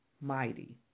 mighty